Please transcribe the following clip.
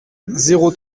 zéro